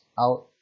out